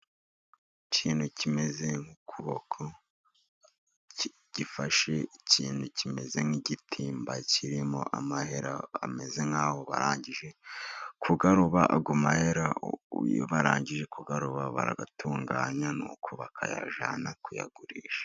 Ikintu kimeze nk'ukuboko, gifashe ikintu kimeze nk'igitimba kirimo amahera ameze nk'aho barangije kuyaroba. Ayo mahera iyo barangije kuyaroba, barayatunganya, nuko bakayajyana kuyagurisha.